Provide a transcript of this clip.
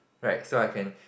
right so I can